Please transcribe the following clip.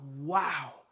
Wow